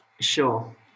Sure